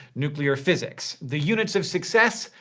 nuclear physics. the units of success?